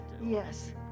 yes